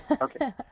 Okay